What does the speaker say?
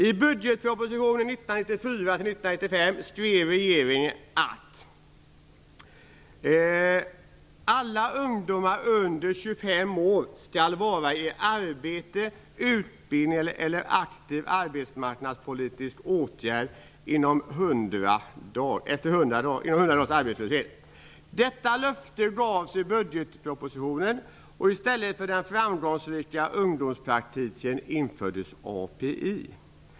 I budgetpropositionen 1994/95 skrev regeringen att alla ungdomar under 25 år skulle vara i arbete, utbildning eller aktiv arbetsmarknadspolitisk åtgärd efter 100 dagars arbetslöshet. Detta löfte gavs i budgetpropositionen och i stället för den framgångsrika ungdomspraktiken infördes API.